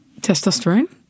Testosterone